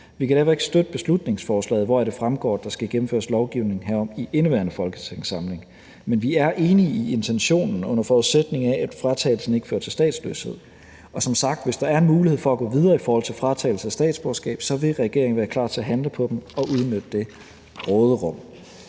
Vi kan derfor ikke støtte beslutningsforslaget, hvoraf det fremgår, at der skal gennemføres lovgivning herom i indeværende folketingssamling. Men vi er enige i intentionen, under forudsætning af at fratagelsen ikke fører til statsløshed, og som sagt: Hvis der er en mulighed for at gå videre i forhold til fratagelse af statsborgerskab, så vil regeringen være klar til at handle på den og udnytte det råderum.